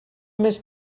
més